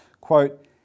quote